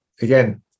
again